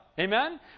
Amen